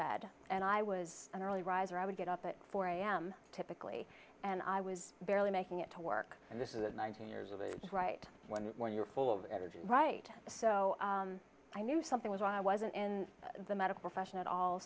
bed and i was an early riser i would get up at four am typically and i was barely making it to work and this is at nineteen years of age right when when you're full of energy right so i knew something was wrong i wasn't in the medical fashion at all